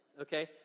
Okay